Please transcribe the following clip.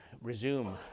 resume